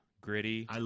Gritty